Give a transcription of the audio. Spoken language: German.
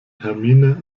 hermine